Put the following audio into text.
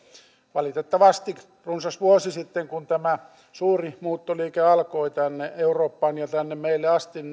valitettavasti runsas vuosi sitten kun tämä suuri muuttoliike alkoi tänne eurooppaan ja tänne meille asti